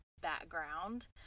background